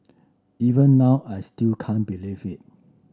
even now I still can't believe it